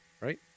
right